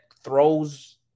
throws